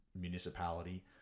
municipality